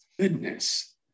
Goodness